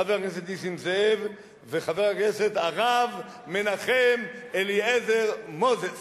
חבר הכנסת נסים זאב וחבר הכנסת הרב מנחם אליעזר מוזס,